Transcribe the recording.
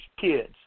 kids